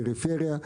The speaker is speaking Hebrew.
פריפריה,